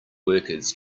workers